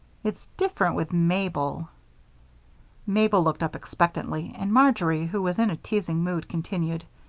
it's different with mabel mabel looked up expectantly, and marjory, who was in a teasing mood, continued.